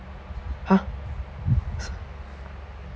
!huh!